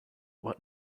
what